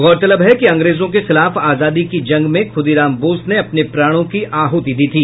गौरतलब है कि अंग्रेजों के खिलाफ आजादी के जंग में खुदीराम बोस ने अपने प्राणों की आहुति दी थी